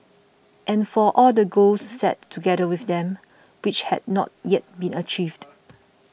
and for all the goals set together with them which had not yet been achieved